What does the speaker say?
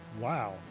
Wow